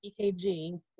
EKG